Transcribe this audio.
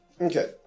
Okay